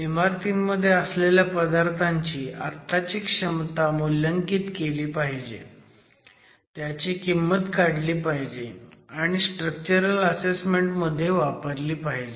इमारतींमध्ये असलेल्या पदार्थांची आत्ताची क्षमता मूल्यांकीत केली पाहिजे त्याची किंमत काढली पाहिजे आणि स्ट्रक्चरल असेसमेंट मध्ये वापरली पाहिजे